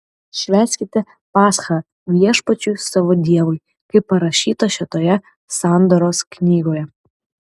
švęskite paschą viešpačiui savo dievui kaip parašyta šitoje sandoros knygoje